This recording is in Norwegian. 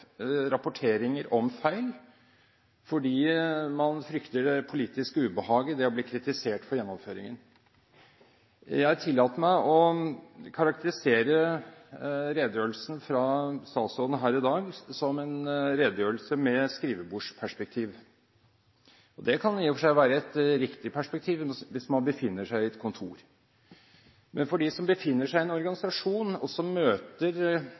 rapporteringer om feil fordi man frykter det politiske ubehaget ved å bli kritisert for gjennomføringen. Jeg tillater meg å karakterisere redegjørelsen fra statsråden her i dag som en redegjørelse med skrivebordsperspektiv. Det kan i og for seg være et riktig perspektiv hvis man befinner seg i et kontor. Men for dem som befinner seg i en organisasjon, som møter